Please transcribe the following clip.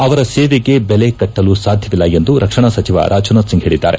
ಅವರ ಸೇವೆಗೆ ಬೆಲೆ ಕಟ್ವಲು ಸಾಧ್ಯವಿಲ್ಲ ಎಂದು ರಕ್ಷಣಾ ಸಚಿವ ರಾಜನಾಥಸಿಂಗ್ ತಿಳಿಸಿದ್ದಾರೆ